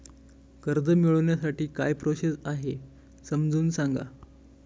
कर्ज मिळविण्यासाठी काय प्रोसेस आहे समजावून सांगा